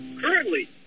currently